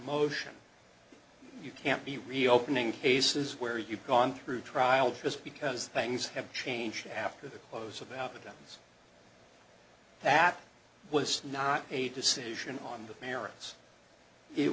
motion you can't be reopening cases where you've gone through trial just because things have changed after the close of outcomes that was not a decision on the merits it